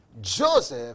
Joseph